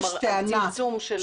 הפחתה במוצרים.